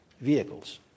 vehicles